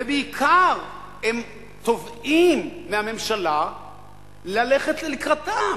ובעיקר, הם תובעים מהממשלה ללכת לקראתם,